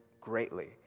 greatly